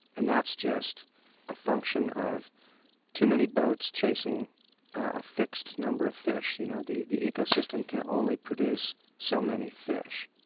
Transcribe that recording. and that's just a function of too many boats chasing a fixed number of fish, you know, the the ecosystem can only produce so many fish,